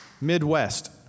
Midwest